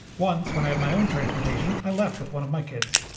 once when i add my own transportation, i left with one of my kids.